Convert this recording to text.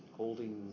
holding